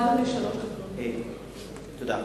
תודה.